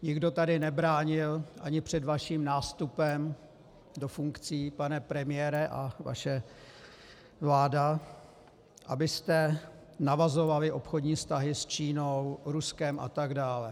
Nikdo tady nebránil ani před vaším nástupem do funkcí, pane premiére, a vaší vlády, abyste navazovali obchodní vztahy s Čínou, Ruskem atd.